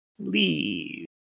Leave